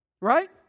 right